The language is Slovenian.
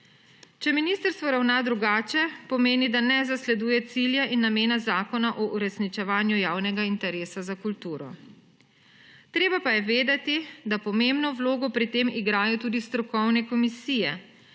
Če ministrstvo ravna drugače, pomeni, da ne zasleduje cilja in namena Zakona o uresničevanju javnega interesa za kulturo. Treba pa je vedeti, da pomembno vlogo pri tem igrajo tudi strokovne komisije,